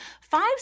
five